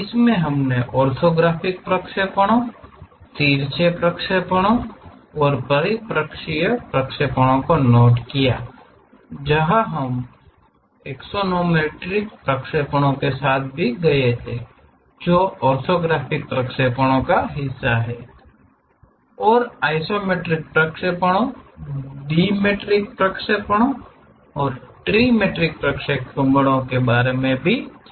इसमें हमने ऑर्थोग्राफिक प्रक्षेपणों तिरछे प्रक्षेपणों और परिप्रेक्ष्य प्रक्षेपणों को नोट किया जहां हम एक्सोनोमेट्रिक प्रक्षेपणों के साथ गए थे जो ऑर्थोग्राफिक प्रक्षेपणों का हिस्सा हैं कि और आइसोमेट्रिक प्रक्षेपणों डिमेट्रिक और ट्रिमेट्रिक के बारे में जानने की कोशिश करें